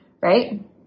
right